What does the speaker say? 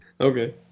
Okay